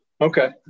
Okay